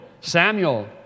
Samuel